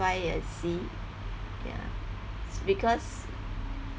buy and see ya because